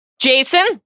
Jason